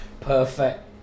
perfect